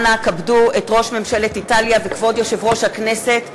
אנא כבדו את ראש ממשלת איטליה וכבוד יושב-ראש הכנסת בקימה.